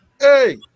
Hey